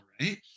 right